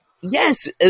Yes